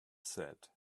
said